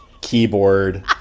keyboard